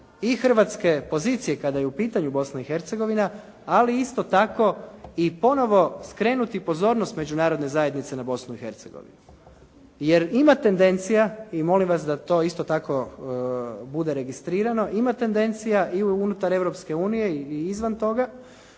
i hrvatske pozicije kada je u pitanju Bosna i Hercegovina, ali isto tako i ponovo skrenuti pozornost Međunarodne zajednice na Bosnu i Hercegovinu. Jer ima tendencija i molim vas da to isto tako bude registrirano, ima tendencija i unutar Europske unije i izvan toga,